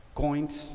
coins